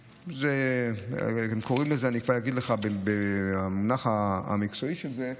כבר אגיד לך את המונח המקצועי של זה,